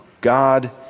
God